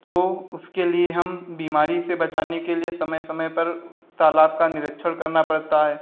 तो उसके लिए हम बीमारी से बचाने के लिए समय समय पर तालाब का निरीक्षण करना पड़ता है